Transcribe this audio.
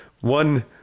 one